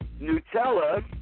Nutella